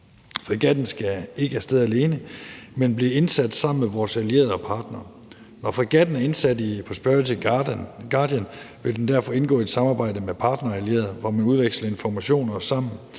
Fregatten skal ikke af sted alene, men bliver indsat sammen med vores allierede og partnere. Når fregatten er indsat i »Operation Prosperity Guardian«, vil den derfor indgå i et samarbejde med vores partnere og allierede, hvor vi udveksler informationer og